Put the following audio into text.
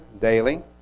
daily